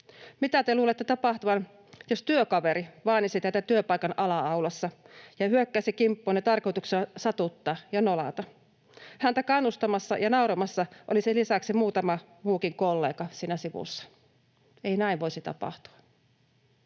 Mitä te luulisitte tapahtuvan, jos työkaveri vaanisi teitä työpaikan ala-aulassa ja hyökkäisi kimppuunne tarkoituksena satuttaa ja nolata? Häntä kannustamassa ja nauramassa olisi lisäksi muutama muukin kollega siinä sivussa. Ei näin voisi tapahtua.